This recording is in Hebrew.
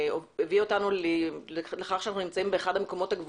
הביאה אותנו לכך שאנחנו נמצאים באחד המקומות הכי